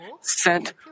sent